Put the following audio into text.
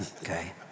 Okay